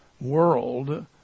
world